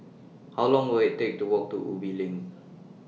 How Long Will IT Take to Walk to Ubi LINK